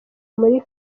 muri